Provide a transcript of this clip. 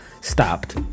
stopped